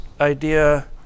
idea